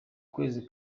kwezi